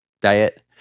diet